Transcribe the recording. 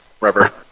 rubber